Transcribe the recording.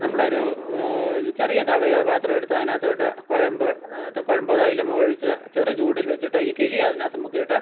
നമ്മളൊരു ചെറിയ തവിയോ പാത്രമോ എടുത്ത് അതിനകത്തോട്ട് കുഴമ്പ് കുഴമ്പോ തൈലമോ ഒഴിച്ച് ചെറു ചൂടില് വെച്ചിട്ട് ഈ കിഴി അതിനകത്ത് മുക്കിയിട്ട്